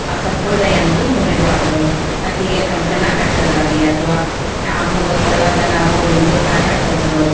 ಆ ಸಂಪ್ರದಾಯ ಎಂದು ಮುರಿಬಾರದು ಆಕೆಗೆ ಕಂಕಣ ಕಟ್ಟದು ಆಗ್ಲಿ ಅಥವಾ ಆ ಅಮ್ಮುಗೆ ಕೊರ್ಳಾಗೆ ನಾವು ಲಿಂಗದ ಕಾಯಿ ಹಾಕೋದು